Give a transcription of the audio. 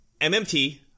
MMT –